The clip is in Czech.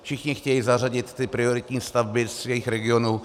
Všichni chtějí zařadit prioritní stavby z jejich regionu.